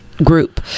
Group